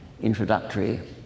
introductory